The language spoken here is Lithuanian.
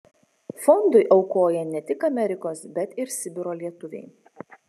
fondui aukoja ne tik amerikos bet ir sibiro lietuviai